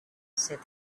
said